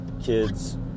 kids